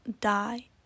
die